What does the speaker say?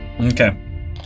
Okay